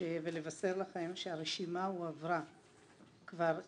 ולבשר לכם שהרשימה הושלמה